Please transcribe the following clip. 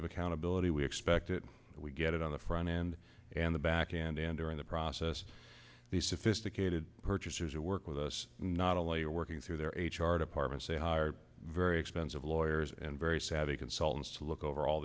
of accountability we expect that we get it on the front end and the back end and during the process the sophisticated purchasers who work with us not only are working through their h r departments they very expensive lawyers and very savvy consultants look over all